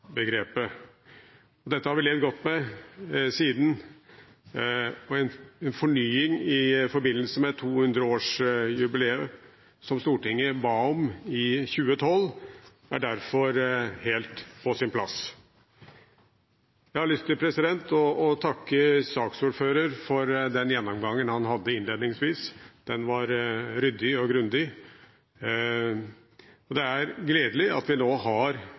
frihetsbegrepet. Dette har vi levd godt med siden. En fornying i forbindelse med 200-årsjubileet, som Stortinget ba om i 2012, er derfor helt på sin plass. Jeg har lyst til å takke saksordføreren for den gjennomgangen han hadde innledningsvis. Den var ryddig og grundig. Det er gledelig at vi nå har